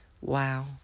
Wow